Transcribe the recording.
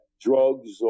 drugs